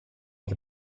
che